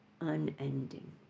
unending